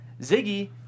Ziggy